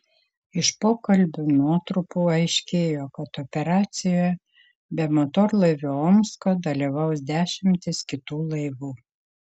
iš pokalbių nuotrupų aiškėjo kad operacijoje be motorlaivio omsko dalyvaus dešimtys kitų laivų